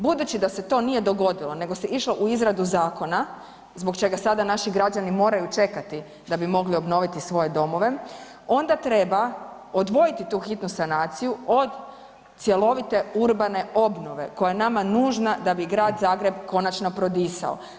Budući da se to nije dogodilo nego se išlo u izradu zakona zbog čega sada naši građani moraju čekat da bi mogli obnoviti svoje domove, onda treba odvojiti tu hitnu sanaciju od cjelovite urbane obnove koja je nama nužna da bi grad Zagreb konačno prodisao.